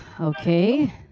Okay